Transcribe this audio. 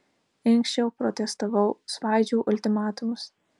inkščiau protestavau svaidžiau ultimatumus